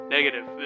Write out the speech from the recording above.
Negative